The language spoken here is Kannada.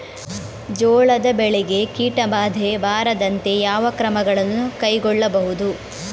ಜೋಳದ ಬೆಳೆಗೆ ಕೀಟಬಾಧೆ ಬಾರದಂತೆ ಯಾವ ಕ್ರಮಗಳನ್ನು ಕೈಗೊಳ್ಳಬಹುದು?